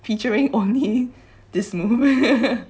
featuring only this move